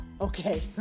Okay